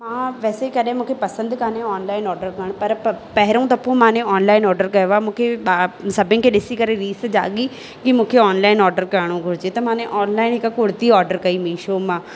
मां वैसे कॾहिं मूंखे पसंदि कान्हे ऑनलाइन ऑडर करणु पर पहिरियों दफ़ो माने ऑनलाइन ऑडर कयो आहे मूंखे सभिनि खे ॾिसी करे रीस जाॻी की मूंखे ऑनलाइन ऑडर करिणो घुरिजे त माने ऑनलाइन हिकु कुर्ती ऑडर कई मिशो मां